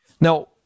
Now